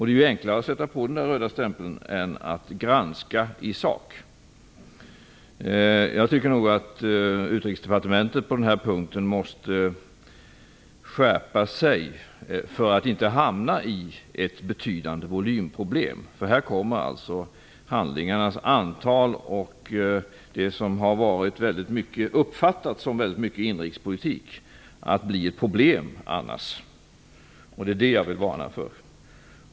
Det är enklare att sätta på den röda stämpeln än att granska i sak. Jag tycker att Utrikesdepartementet måste skärpa sig för att inte hamna i ett betydande volymproblem. Handlingarnas antal kommer annars att bli ett problem. De har ofta uppfattats gälla inrikespolitik. Det är det jag vill varna för.